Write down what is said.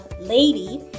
lady